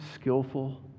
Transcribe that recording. skillful